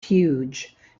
huge